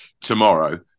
tomorrow